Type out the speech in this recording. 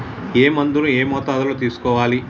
ఏ మందును ఏ మోతాదులో తీసుకోవాలి?